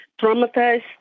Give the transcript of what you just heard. traumatized